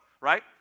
right